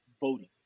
voting